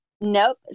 Nope